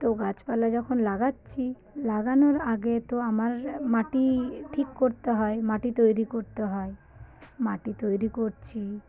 তো গাছপালা যখন লাগাচ্ছি লাগানোর আগে তো আমার মাটি ঠিক করতে হয় মাটি তৈরি করতে হয় মাটি তৈরি করছি